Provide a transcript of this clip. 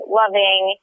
loving